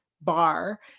bar